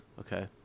Okay